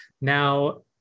now